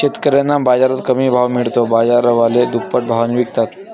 शेतकऱ्यांना बाजारात कमी भाव मिळतो, बाजारवाले दुप्पट भावाने विकतात